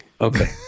okay